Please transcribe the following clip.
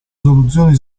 soluzione